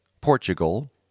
Portugal